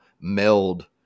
meld